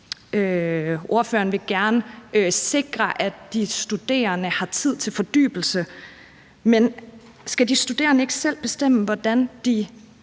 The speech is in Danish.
Ordføreren vil gerne sikre, at de studerende har tid til fordybelse, men skal de studerende ikke selv bestemme, hvordan de